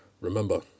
remember